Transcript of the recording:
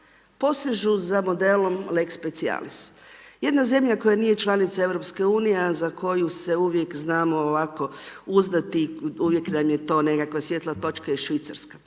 posežu za modelom lex specialis. Jedna zemlja koja nije članica EU a za koju se uvijek znamo ovako uzdati, uvijek nam je to nekakva svijetla točka je Švicarska.